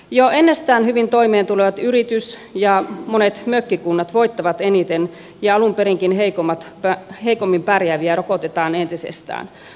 jo ennestään hyvin toimeentulevat yritys ja monet mökkikunnat voittavat eniten ja alun perinkin heikommin pärjääviä rokotetaan entisestään